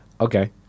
Okay